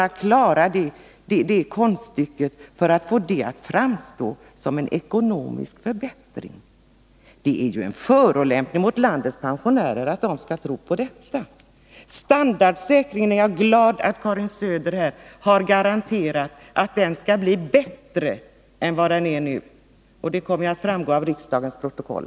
Hur skall man kunna klara konststycket att få detta att framstå som en ekonomisk förbättring? Det är en förolämpning mot landets pensionärer att mena att de skall tro på detta. Jag är glad att Karin Söder här har garanterat att standardsäkringen skall bli bättre än vad den är nu. Det kommer att framgå av riksdagens protokoll.